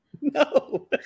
No